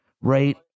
right